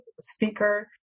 speaker